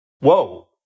whoa